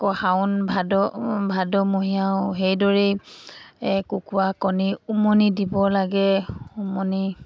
আকৌ শাওন ভাদ ভাদমহীয়াও সেইদৰেই কুকৰা কণী উমনি দিব লাগে উমনি